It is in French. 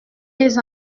les